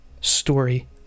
story